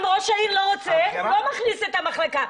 אם ראש העיר לא רוצה, הוא לא מכניס את המחלקה.